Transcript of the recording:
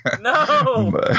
No